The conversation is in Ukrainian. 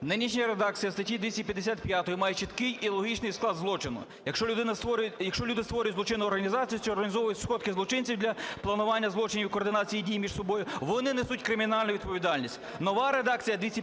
Нинішня редакція статті 255 має чіткий і логічний склад злочину: якщо люди створюють злочинну організацію чи організовують сходки злочинців для планування злочинів і координації дій між собою, вони несуть кримінальну відповідальність.